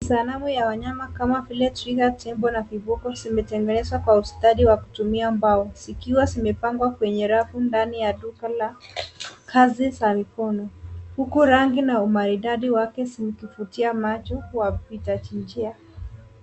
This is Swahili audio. Sanamu ya wanyama kama vile twiga , twiga na viboko zimetengenezwa kwa ustadi wa kutumia mbao zikiwa zimepangwa kwenye rafu ndani ya duka la kazi za mikono, huku rangi na umaridadi wake zikivutia macho wa wapita njia.